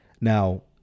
Now